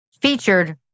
featured